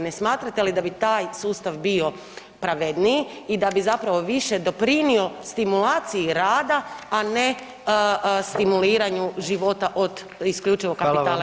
Ne smatrate li da bi taj sustav bio pravedniji i da bi zapravo više doprinio stimulaciji rada, a ne stimuliranju života od isključivo [[Upadica: Hvala vam]] kapitala imovine?